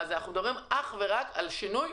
אנחנו מדברים אך ורק על השינוי